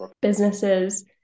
businesses